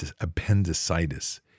appendicitis